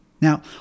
Now